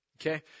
Okay